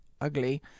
ugly